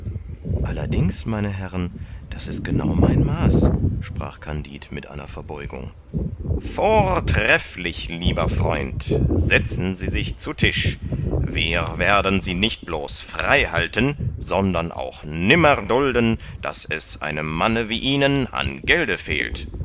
allerdings meine herren das ist genau mein maß sprach kandid mit einer verbeugung vortrefflich lieber freund setzen sie sich zu tisch wir werden sie nicht bloß freihalten sondern auch nimmer dulden daß es einem manne wie ihnen an gelde fehlt